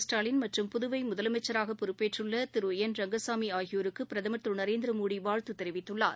ஸ்டாலின் மற்றும் தமிழக புதுவை முதலமைச்சராக பொறுப்பேற்றுள்ள திரு என் ரங்கசாமி ஆகியோருக்கு பிரதமர் திரு நரேந்திரமோடி வாழ்த்து தெரிவித்துள்ளார்